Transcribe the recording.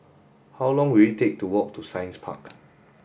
how long will it take to walk to Science Park